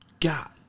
God